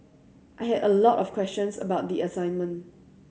I had a lot of questions about the assignment